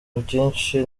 byinshi